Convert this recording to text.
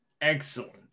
excellent